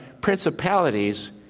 principalities